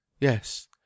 yes